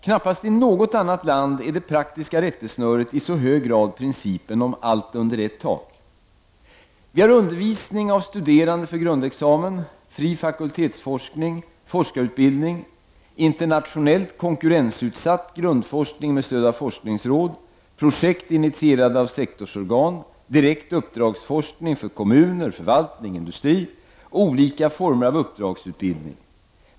Knappast i något annat land är det praktiska rättesnöret i så hög grad principen om allt under ett tak. Vi har undervisning av studerande för grundexamen, fri fakultetsforskning, forskarutbildning, internationellt konkurrensutsatt grundforskning med stöd av forskningsråd, projekt initierade av sektorsorgan, direkt uppdragsforskning för kommuner, förvaltning och industri samt olika former av uppdragsutbildning.